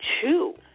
Two